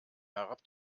herab